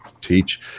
teach